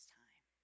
time